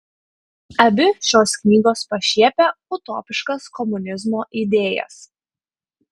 abi šios knygos pašiepia utopiškas komunizmo idėjas